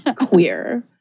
queer